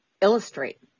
illustrate